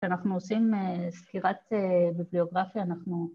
‫כשאנחנו עושים סקירת ביבליוגרפיה, ‫אנחנו...